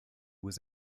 was